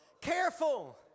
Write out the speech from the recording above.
Careful